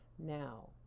Now